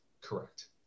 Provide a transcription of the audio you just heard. Correct